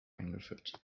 eingeführt